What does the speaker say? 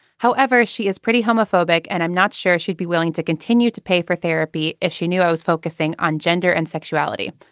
however she is pretty homophobic and i'm not sure she'd be willing to continue to pay for therapy if she knew i was focusing on gender and sexuality.